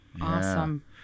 Awesome